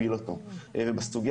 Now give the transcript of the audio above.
השולחן יהיו תחנות שלא יהיה סביבן סביב